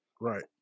right